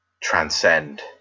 transcend